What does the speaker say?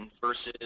versus